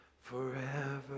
forever